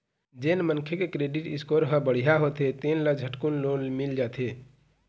जेन मनखे के क्रेडिट स्कोर ह बड़िहा होथे तेन ल झटकुन लोन मिल जाथे